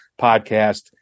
podcast